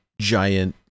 giant